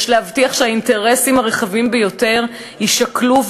יש להבטיח שהאינטרסים הרחבים ביותר יישקלו,